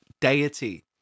deity